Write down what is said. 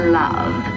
love